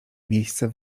miejsce